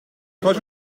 trois